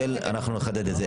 אנחנו נחדד את זה.